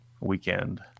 weekend